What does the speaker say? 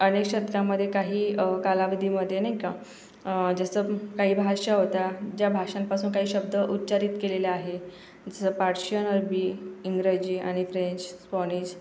अनेक क्षेत्रामध्ये काही कालावधीमध्ये नाही का जसं काही भाषा होत्या ज्या भाषांपासून काही शब्द उच्चारित केलेले आहे जर पार्शियन अरबी इंग्रजी आणि फ्रेंच स्पॉनिश